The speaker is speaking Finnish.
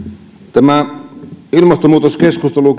tämä ilmastonmuutoskeskustelu